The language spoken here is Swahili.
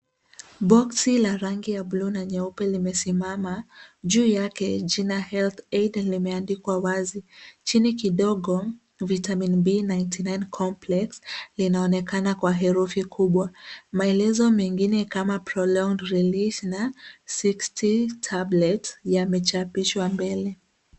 Boksi la rangi ya buluu na nyeupe limesimama. Juu yake jina Health Aid limeandikwa wazi. Chini kidogo Vitamin B99 Complex linaonekana kwa herufi kubwa. Maelezo mengine kama prolonged release na sixty tablets yamechapishwa mbele.